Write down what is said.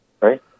Right